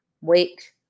wait